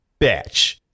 bitch